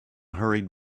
hurried